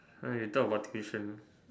eh you talk about tuition